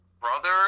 brother